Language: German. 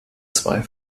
zwei